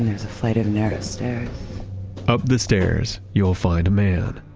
is a flight of narrow stairs up the stairs, you will find a man